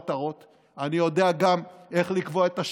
אני יודע גם איך לקבוע מטרות,